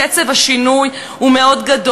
קצב השינוי הוא מאוד מהיר,